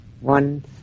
One